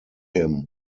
him